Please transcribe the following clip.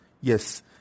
Yes